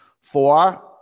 four